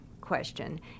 question